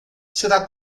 será